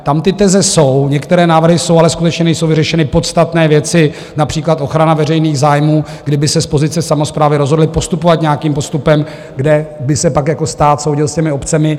Tam ty teze jsou, některé návrhy jsou, ale skutečně nejsou vyřešeny podstatné věci, například ochrana veřejných zájmů, kdyby se z pozice samosprávy rozhodli postupovat nějakým způsobem, kde by se pak stát soudil s těmi obcemi.